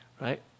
Right